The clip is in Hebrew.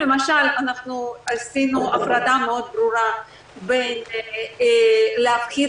למשל עשינו הפרדה ברורה מאוד בין להפחיד